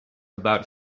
about